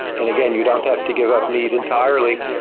and again, you don't have to give up meat entirely.